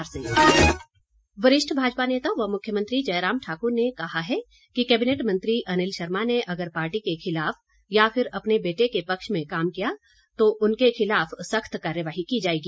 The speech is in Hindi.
मुख्यमंत्री वरिष्ठ भाजपा नेता व मुख्यमंत्री जयराम ठाकुर ने कहा है कि कैबिनेट मंत्री अनिल शर्मा ने अगर पार्टी के खिलाफ या फिर अपने बेटे के पक्ष में काम किया तो उनके खिलाफ कठोर कार्यवाही की जाएगी